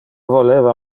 voleva